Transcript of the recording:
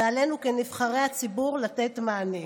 ועלינו כנבחרי הציבור לתת מענה.